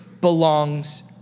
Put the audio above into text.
belongs